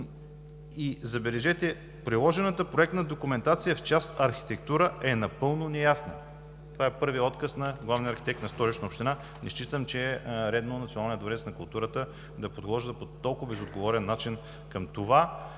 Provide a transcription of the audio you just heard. И, забележете, приложената проектна документация в част „Архитектура“ е напълно неясна. Това е първият отказ на главния архитект на Столична община. Не считам, че е редно Националният дворец на културата да подхожда по толкова безотговорен начин към това.